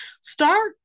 start